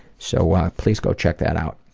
so please go check that out.